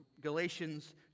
Galatians